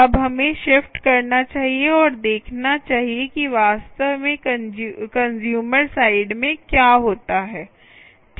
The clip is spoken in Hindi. अब हमें शिफ्ट करना चाहिए और देखना चाहिए कि वास्तव में कंस्यूमर साइड में क्या होता है